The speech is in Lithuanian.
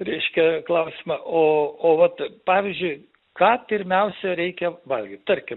reiškia klausimą o o vat pavyzdžiui ką pirmiausia reikia valgyt tarkim